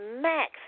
Max